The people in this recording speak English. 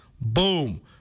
Boom